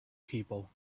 people